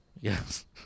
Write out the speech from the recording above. Yes